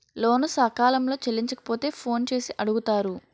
లోను సకాలంలో చెల్లించకపోతే ఫోన్ చేసి అడుగుతారు